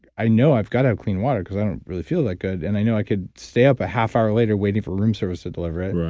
i know i've got to have clean water because i don't really feel that good. and i know i could stay up a half hour later waiting for room service to deliver it.